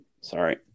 sorry